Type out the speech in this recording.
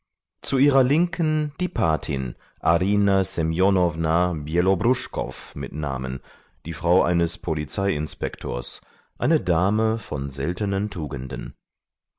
zu ihrer linken die patin arina semenowna bjellobruschkoff mit namen die frau eines polizeiinspektors eine dame von seltenen tugenden